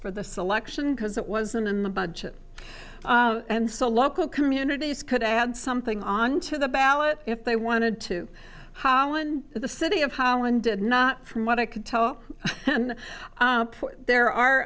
for the selection because it wasn't in the budget and so local communities could add something onto the ballot if they wanted to holland the city of holland did not from what i could tell then there are